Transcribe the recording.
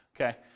Okay